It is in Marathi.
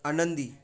आनंदी